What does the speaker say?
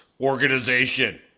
organization